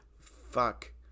fuck